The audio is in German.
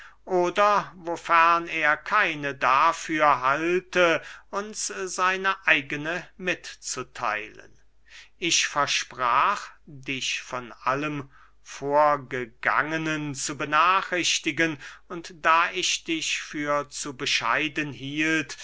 oder wofern er keine dafür halte uns seine eigene mitzutheilen ich versprach dich von allem vorgegangenen zu benachrichtigen und da ich dich für zu bescheiden hielte